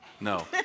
No